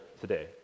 today